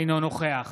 אינו נוכח